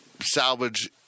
salvage